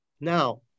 Now